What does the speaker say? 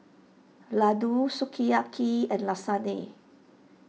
Ladoo Sukiyaki and Lasagne